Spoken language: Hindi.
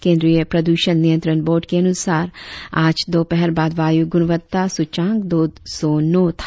केंद्रीय प्रद्रषण नियंत्रण बोर्ड के अनुसार आज दोपहर बाद वायु गुणवत्ता सूचकांक दो सौ नो था